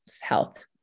health